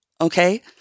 Okay